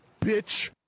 bitch